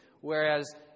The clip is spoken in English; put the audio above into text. whereas